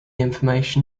information